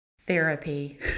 therapy